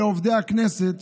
ולעובדי הכנסת,